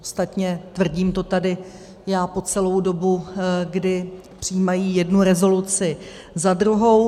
Ostatně tvrdím to tady já po celou dobu, kdy přijímají jednu rezoluci za druhou.